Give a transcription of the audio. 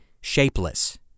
shapeless